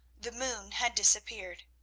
the moon had disappeared,